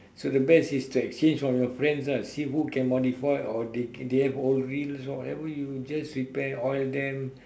so the best is to exchange from your friends ah see who can modify or they they have old reels or whatever just repair oil them